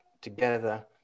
together